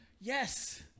yes